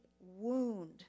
wound